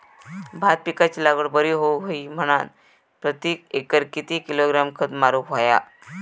भात पिकाची लागवड बरी होऊक होई म्हणान प्रति एकर किती किलोग्रॅम खत मारुक होया?